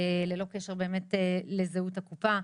ללא קשר באמת לזהות קופת החולים.